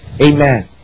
Amen